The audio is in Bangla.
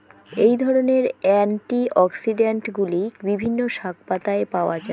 এই ধরনের অ্যান্টিঅক্সিড্যান্টগুলি বিভিন্ন শাকপাতায় পাওয়া য়ায়